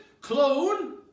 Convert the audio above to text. clone